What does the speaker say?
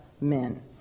men